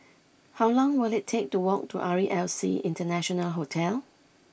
how long will it take to walk to R E L C International Hotel